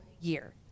year